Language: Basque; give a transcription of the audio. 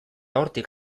hortik